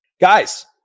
guys